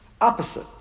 Opposite